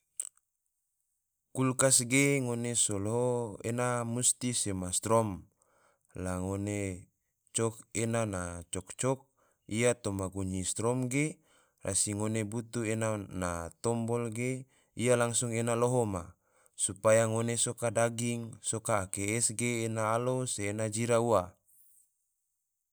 Kulkas ge ngone so loho ena musti sema strom, la ngone cok ena ma cok-cok ia toma gunyihi strom ge, rasi ngone butu ena na tombol ge ia langsung ena loho ma, supaya ngone soka daging, soka ake es ge ena alo se ena jira ua.